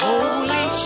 Holy